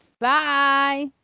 Bye